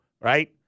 right